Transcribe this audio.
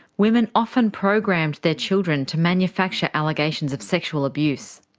women often programmed their children to manufacture allegations of sexual abuse.